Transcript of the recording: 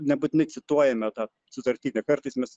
nebūtinai cituojame tą sutartinę kartais mes